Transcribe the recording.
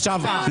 עכשיו,